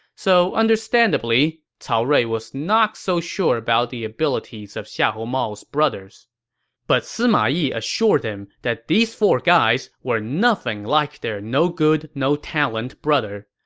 so understandably, cao rui was not so sure about the abilities of xiahou mao's brothers but sima yi, however, assured him that these four guys were nothing like their no-good, no-talent brother.